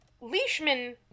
Leishman